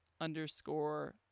underscore